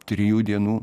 trijų dienų